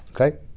Okay